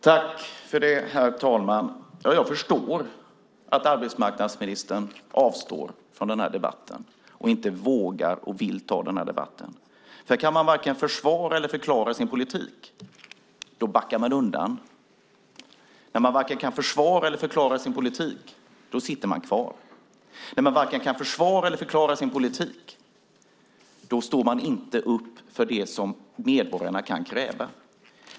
Herr talman! Jag förstår att arbetsmarknadsministern avstår från den här debatten och inte vågar och vill ta den. När man varken kan försvara eller förklara sin politik backar man nämligen undan. När man varken kan försvara eller förklara sin politik sitter man kvar. När man varken kan försvara eller förklara sin politik står man inte upp för det medborgarna kan kräva.